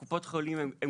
קופות חולים הן